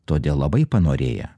todėl labai panorėję